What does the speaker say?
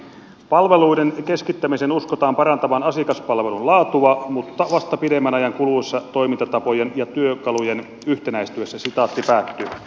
palveluiden keskittämisen uskotaan parantavan asiakaspalvelun laatua mutta vasta pidemmän ajan kuluessa toimintatapojen ja työkalujen yhtenäistyessä